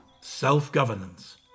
Self-governance